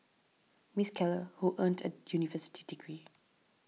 Miss Keller who earned a university degree